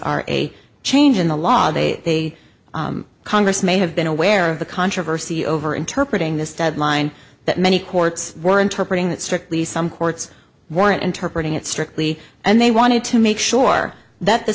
are a change in the law they congress may have been aware of the controversy over interpret in this deadline that many courts were interpreting that strictly some courts weren't interpreting it strictly and they wanted to make sure that the